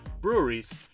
breweries